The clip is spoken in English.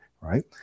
right